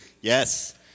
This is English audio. Yes